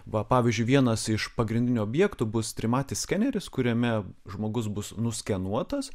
va pavyzdžiui vienas iš pagrindinių objektų bus trimatis skeneris kuriame žmogus bus nuskenuotas